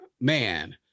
man